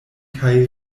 kaj